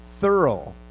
thorough